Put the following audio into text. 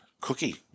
Cookie